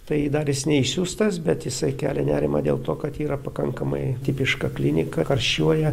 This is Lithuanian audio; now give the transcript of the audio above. tai dar jis neišsiųstas bet jisai kelia nerimą dėl to kad yra pakankamai tipiška klinika karščiuoja